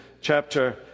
chapter